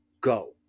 go